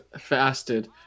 fasted